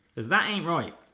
cause that ain't right.